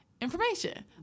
information